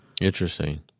Interesting